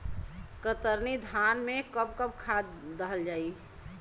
कतरनी धान में कब कब खाद दहल जाई?